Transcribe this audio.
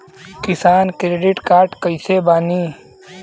किसान credit card कइसे बानी?